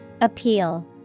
Appeal